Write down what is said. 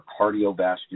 cardiovascular